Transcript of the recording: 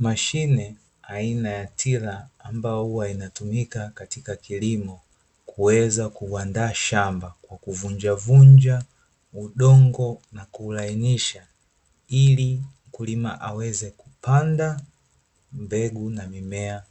Mashine aina ya tila ambayo inatumika katika kilimo kuweza kuandaa shamba, kuvunjavunja udongo na kuulainisha ili mkulima aweze kupanda mbegu na mimea